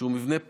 שהוא מבנה פנוי,